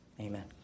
amen